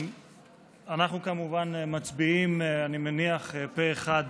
אנחנו כמובן מצביעים, אני מניח פה אחד,